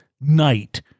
Night